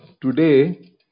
today